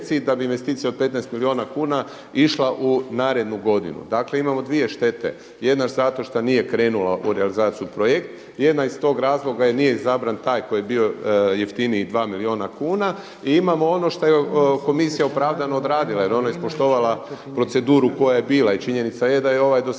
da bi investicija od 15 milijuna kuna išla u narednu godinu. Dakle, imamo dvije štete. Jedna zato što nije krenuo u realizaciju projekt, jedna iz tog razloga jer nije izabran taj koji je bio jeftiniji 2 milijuna kuna. I imamo ono što je komisija opravdano odradila, jer ona je ispoštovala proceduru koja je bila. I činjenica je da je ovaj dostavio